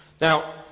Now